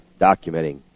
documenting